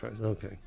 Okay